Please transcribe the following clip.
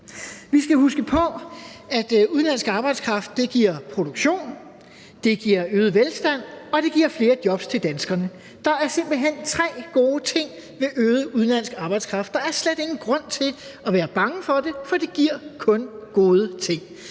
Vi skal huske på, at udenlandsk arbejdskraft giver produktion, det giver øget velstand, og det giver flere jobs til danskerne. Der er simpelt hen tre gode ting ved øget udenlandsk arbejdskraft. Der er slet ingen grund til at være bange for det, for det giver kun gode ting.